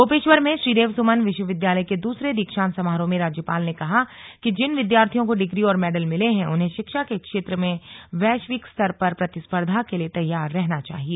गोपेश्वर में श्रीदेव सुमन विश्वविद्यालय के दूसरे दीक्षांत समारोह में राज्यपाल ने कहा कि जिन विद्यार्थियों को डिग्री और मेडल मिले हैं उन्हें शिक्षा के क्षेत्र में वैश्विक स्तर पर प्रतिस्पर्धा के लिए तैयार रहना चाहिए